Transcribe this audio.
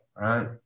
right